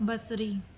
बसरी